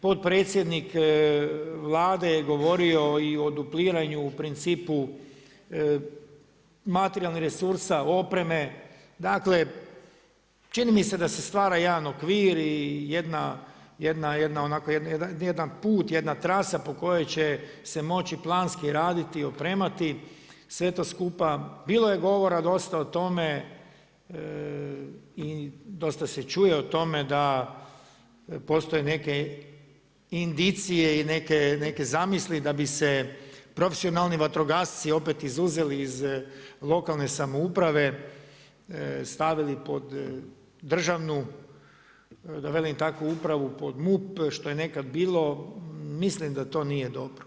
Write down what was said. Potpredsjednik Vlade je govorio i o dupliranju u principu materijalnih resursa, opreme, dakle čini mi se da se stvara jedan okvir i jedan put, jedna trasa po kojoj će se moći planski raditi, opremati, sve to skupa bilo je govora dosta o tome i dosta se čuje o tome da postoje neke indicije i neke zamisli da bi se profesionalni vatrogasci opet izuzeli iz lokalne samouprave, stavili pod državnu da velim tako upravu, pod MUP, što je nekad bilo, mislim da to nije dobro.